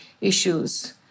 issues